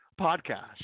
podcast